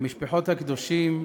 למשפחות הקדושים,